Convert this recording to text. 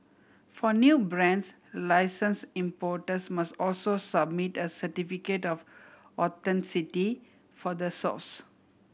for new brands license importers must also submit a certificate of authenticity for the source